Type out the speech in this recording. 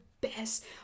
best